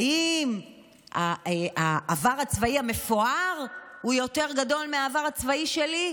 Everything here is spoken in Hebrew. האם העבר הצבאי המפואר הוא יותר גדול מהעבר הצבאי שלי?